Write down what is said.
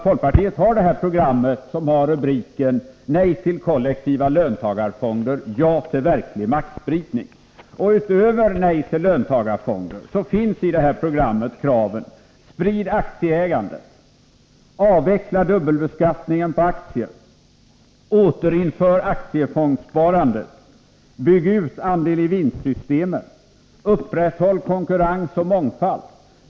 Folkpartiet har ett program med rubriken ”Nej till kollektiva löntagarfonder. Ja till verklig maktspridning.” Utöver nej till löntagarfonder finns i det programmet kraven: Sprid aktieägandet. Avveckla dubbelbeskattningen på aktier. Återinför aktiefondssparandet. Bygg ut andel-i-vinstsystemen. Upprätthåll konkurrens och mångfald.